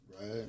Right